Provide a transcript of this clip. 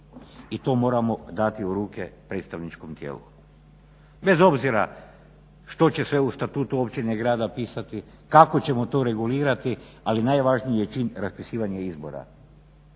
i to moramo dati u ruke predstavničkom tijelu bez obzira što će sve u statutu općine ili grada pisati, kako ćemo to regulirati ali najvažniji je čin raspisivanje izbora.